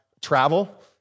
travel